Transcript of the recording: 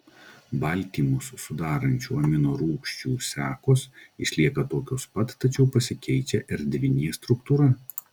baltymus sudarančių amino rūgčių sekos išlieka tokios pat tačiau pasikeičia erdvinė struktūra